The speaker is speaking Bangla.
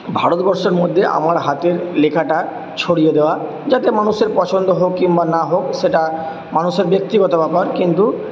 ভারতবর্ষের মধ্যে আমার হাতের লেখাটা ছড়িয়ে দেওয়া যাতে মানুষের পছন্দ হোক কিংবা না হোক সেটা মানুষের ব্যক্তিগত ব্যাপার কিন্তু